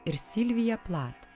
ir silvija plat